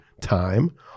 time